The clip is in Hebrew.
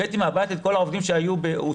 הבאתי מהבית את כל העובדים שהוצאו